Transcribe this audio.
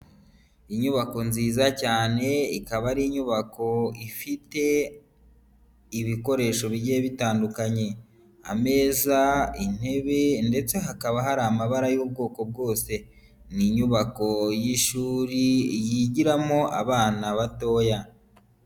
Inyubako nziza cyane ikaba ari inyubako ifite ibikoresho bigiye bitandukanye, ameza, intebe ndetse hakaba hari amabara y'ubwoko bwose. Ni inyubako y'ishuri yigiramo abana batoya.